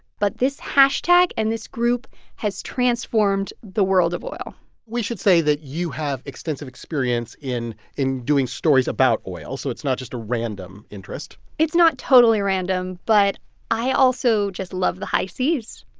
but this hashtag and this group has transformed the world of oil we should say that you have extensive experience in in doing stories about oil, so it's not just a random interest it's not totally random, but i also just love the high seas,